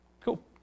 Cool